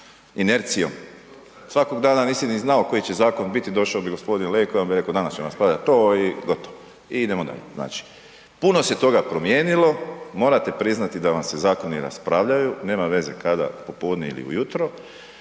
inercijom. Svakog danas nisi ni znao koji će zakon biti, došao bi g. Leko i on bi rekao danas ćemo raspravljati to i gotovo i idemo dalje. Puno se toga promijenilo, morate priznati da vam se zakoni raspravljaju, nema veze kada, popodne ili ujutro,